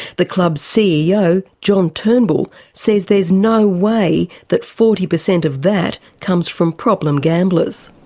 the club's ceo, john turnbull, says there's no way that forty per cent of that comes from problem gamblers.